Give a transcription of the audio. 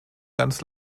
ganz